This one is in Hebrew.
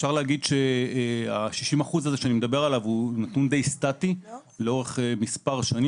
אפשר להגיד שה-60% שאני מדבר עליו הוא נתון די סטטי לאורך שנים.